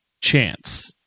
chance